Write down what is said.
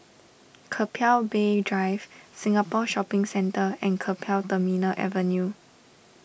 Keppel Bay Drive Singapore Shopping Centre and Keppel Terminal Avenue